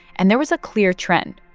and there was a clear trend.